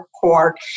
court